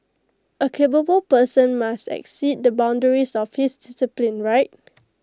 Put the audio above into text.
A capable person must exceed the boundaries of his discipline right